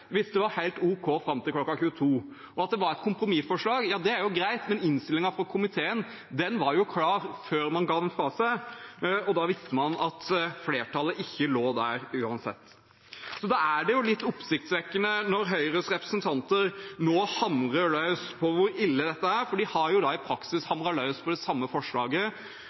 hvis det var helt ok fram til kl. 22. At det var et kompromissforslag, er greit, men innstillingen fra komiteen var klar før man ga den fra seg. Da visste man at flertallet ikke lå der, uansett. Da er det litt oppsiktsvekkende når Høyres representanter nå hamrer løs på hvor ille dette er, for de har i praksis hamret løs på det samme forslaget